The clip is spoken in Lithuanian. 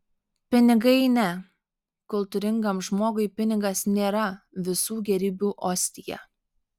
pinigai ne kultūringam žmogui pinigas nėra visų gėrybių ostija